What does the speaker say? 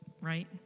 right